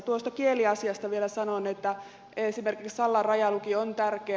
tuosta kieliasiasta vielä sanon että esimerkiksi sallan rajalukio on tärkeä